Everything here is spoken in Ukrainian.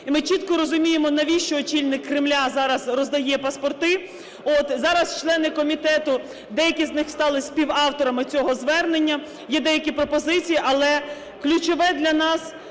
І ми чітко розуміємо, навіщо очільник Кремля зараз роздає паспорти. Зараз члени комітету, деякі з них стали співавторами цього звернення, є деякі пропозиції. Але ключове для нас